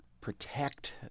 protect